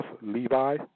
Levi